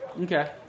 Okay